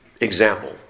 example